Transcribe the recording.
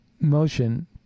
motion